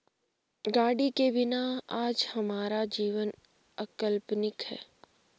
गाड़ी के बिना आज हमारा जीवन अकल्पनीय है